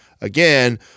again